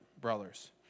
brothers